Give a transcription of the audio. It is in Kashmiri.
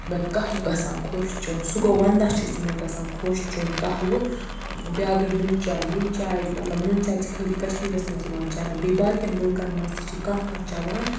مےٚ قَہوٕ گَژھان خۄش چیٚون سُہ گوٚو وَنٛدَس چھُ سُہ گَژھان مےٚ خۄش چیٚون قَہوٕ بیاکھ گٔے نُنہٕ چاے نُنہٕ چاے مَطلَب نُنہٕ چاے چھِ خٲلی کَشمیٖرَس مَنٛز یِوان چیٚنہٕ بیٚیہِ باقیَن مُلکَن مَنٛز تہٕ چھِ کانٛہہ کانٛہہ چیٚوان